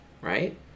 right